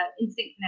instant